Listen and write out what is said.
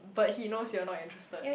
but he knows you're not interested